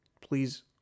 please